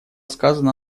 сказано